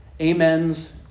amens